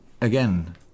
again